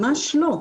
ממש לא.